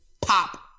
pop